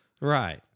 right